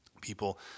people